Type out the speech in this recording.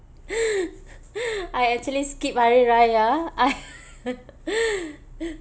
I actually skip hari raya I